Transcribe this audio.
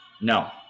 No